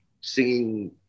singing